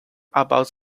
about